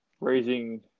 raising